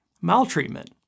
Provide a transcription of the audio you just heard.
Maltreatment